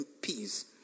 peace